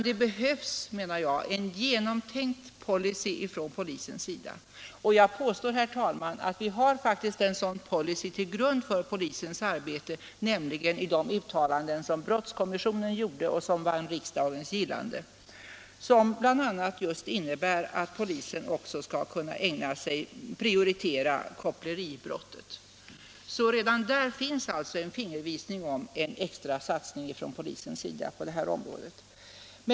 Det behövs en genomtänkt policy från polisens sida, och jag påstår, herr talman, att vi har en sådan policy till grund för polisens arbete, nämligen i de uttalanden som brottskommissionen gjorde och som vann riksdagens gillande, bl.a. innebärande just att polisen också skall kunna prioritera åtgärder mot koppleribrottet. Redan där finns alltså en fingervisning om en extra satsning från polisen på det här området.